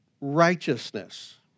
righteousness